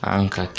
Anka